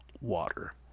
water